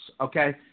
Okay